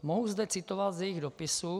Mohu zde citovat z jejich dopisu.